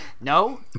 No